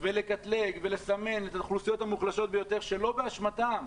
לקטלג ולסמן את האוכלוסיות המוחלשות ביותר שלא באשמתן,